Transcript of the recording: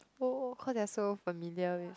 oh cause they are so familiar with